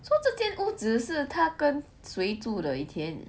so 这间屋子是他跟谁住的以前